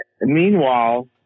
meanwhile